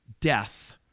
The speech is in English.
death